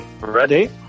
ready